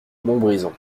montbrison